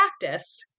practice